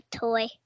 toy